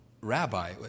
Rabbi